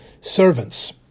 servants